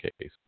case